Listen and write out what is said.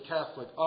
Catholic